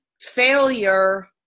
failure